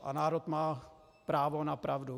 A národ má právo na pravdu.